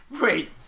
Wait